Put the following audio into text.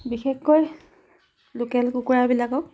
বিশেষকৈ লোকেল কুকুৰাবিলাকক